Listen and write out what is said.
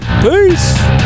peace